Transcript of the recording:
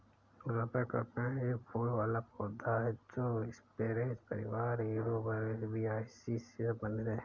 rubber का पेड़ एक फूल वाला पौधा है जो स्परेज परिवार यूफोरबियासी से संबंधित है